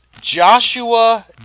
Joshua